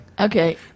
Okay